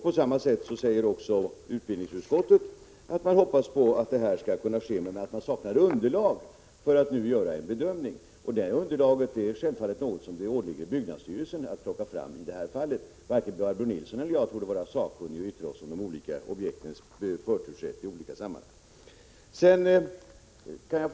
På samma vis säger utbildningsutskottet att man hoppas att detta sker snart, men att man nu saknar underlag för att göra en bedömning. Det underlaget är självfallet någonting som det åligger byggnadsstyrelsen att ta fram i det här fallet. Varken Barbro Nilsson eller jag torde vara sakkunniga att yttra oss över olika objekts förtursrätt i olika sammanhang.